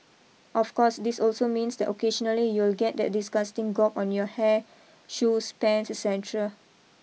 of course this also means that occasionally you'll get that disgusting gob on your hair shoes pants et cetera